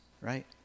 right